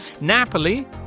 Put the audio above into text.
Napoli